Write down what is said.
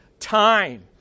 Time